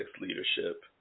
leadership